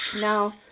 Now